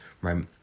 right